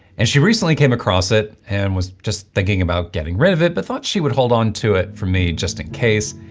and she recently came across it and was just thinking about getting rid of it, but thought she would hold on to it for me just in case.